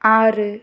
ஆறு